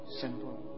simple